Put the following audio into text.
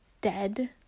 dead